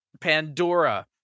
Pandora